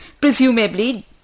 presumably